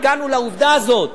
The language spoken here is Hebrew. הגענו לעובדה הזאת,